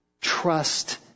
trust